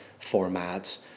formats